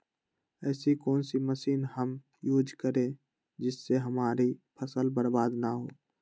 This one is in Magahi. ऐसी कौन सी मशीन हम यूज करें जिससे हमारी फसल बर्बाद ना हो?